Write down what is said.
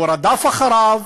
הוא רדף אחריו,